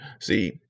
See